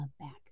back